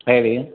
ಹೇಳಿ